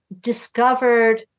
discovered